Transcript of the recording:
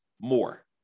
more